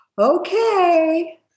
Okay